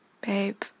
babe